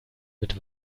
mit